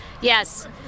Yes